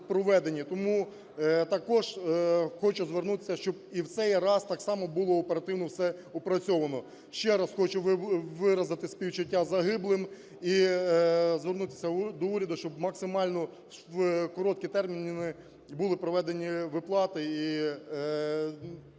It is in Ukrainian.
Тому також хочу звернутися, щоб і в цей раз так само було оперативно все опрацьовано. Ще раз хочу виразити співчуття загиблим і звернутися до уряду, щоб у максимально короткі терміни були проведені виплати, і відповідно